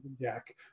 Jack